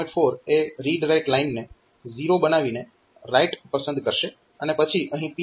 4 એ read write લાઇનને 0 બનાવીને રાઈટ પસંદ કરશે અને પછી અહીં P3